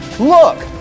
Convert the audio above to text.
Look